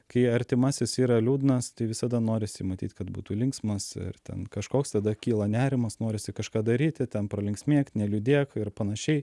kai artimasis yra liūdnas tai visada norisi matyt kad būtų linksmas ir ten kažkoks tada kyla nerimas norisi kažką daryti ten pralinksmėk neliūdėk ir panašiai